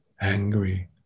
angry